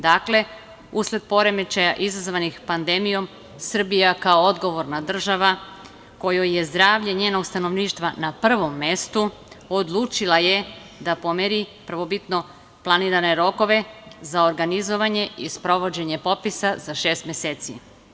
Dakle, usled poremećaja izazvanih pandemijom Srbija kao odgovorna država, kojoj je zdravlje njenog stanovništva na prvom mestu, odlučila je da pomeri prvobitno planirane rokove za organizovanje i sprovođenje popisa za šest meseci.